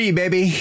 baby